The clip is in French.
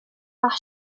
par